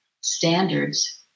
standards